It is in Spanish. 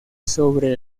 sobre